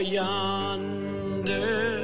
yonder